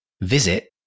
visit